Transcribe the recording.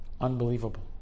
Unbelievable